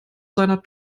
seiner